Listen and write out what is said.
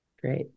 Great